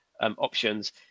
options